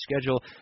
schedule